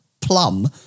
plum